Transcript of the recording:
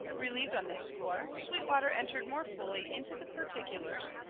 relieved on this score, sweetwater entered more fully into the particulars,